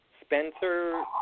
Spencer